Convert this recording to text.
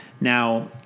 Now